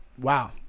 wow